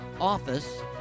office